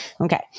Okay